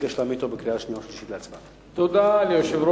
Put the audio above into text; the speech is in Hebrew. ואני מבקש להעמיד אותו להצבעה בקריאה שנייה ובקריאה שלישית.